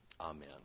amen